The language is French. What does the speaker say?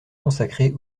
consacrée